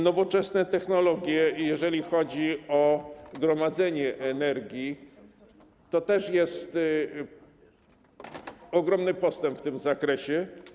Nowoczesne technologie, jeżeli chodzi o gromadzenie energii, to też jest ogromny postęp w tym zakresie.